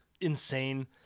insane